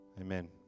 Amen